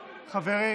שמית.